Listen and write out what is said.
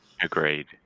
Agreed